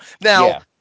now